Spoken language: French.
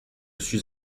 suis